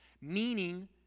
meaning